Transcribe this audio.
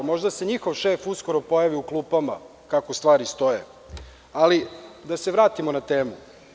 Možda se njihov šef uskoro pojavi u klupama, kako stvari stoje, ali da se vratimo na temu.